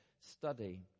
study